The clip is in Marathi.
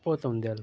पोचवून द्याल